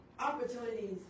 Opportunities